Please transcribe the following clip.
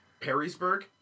perrysburg